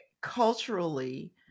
culturally